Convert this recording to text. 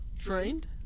Trained